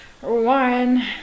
one